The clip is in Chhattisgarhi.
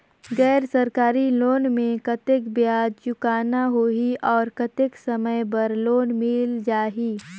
गैर सरकारी लोन मे कतेक ब्याज चुकाना होही और कतेक समय बर लोन मिल जाहि?